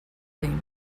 tempo